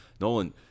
Nolan